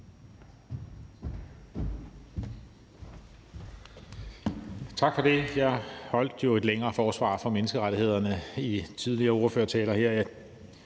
Tak for det. Jeg holdt jo et længere forsvar for menneskerettighederne i tidligere ordførertaler her